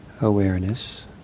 Awareness